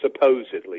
supposedly